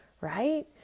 right